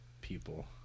people